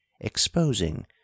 exposing